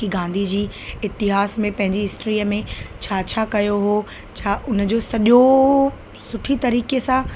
की गांधी जी इतिहास में पंहिंजी हिस्ट्रीअ में छा छा कयो हो छा उन जो सॼो सुठी तरीक़े सां